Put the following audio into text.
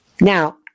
Now